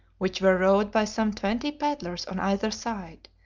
which were rowed by some twenty paddlers on either side,